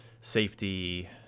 safety